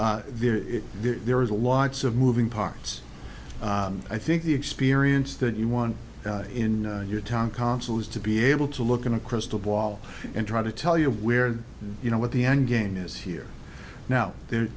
there is there is a lots of moving parts i think the experience that you want in your town council is to be able to look in a crystal ball and try to tell you where you know what the end game is here now the